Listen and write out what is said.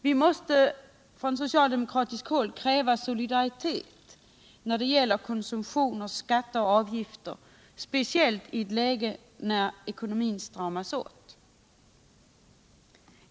Vi måste från socialdemokratiskt håll kräva solidaritet när det gäller konsumtion, skatter och avgifter, speciellt i ett läge när ekonomin stramas åt.